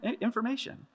information